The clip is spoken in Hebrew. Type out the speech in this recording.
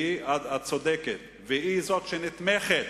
והיא הצודקת והיא הנתמכת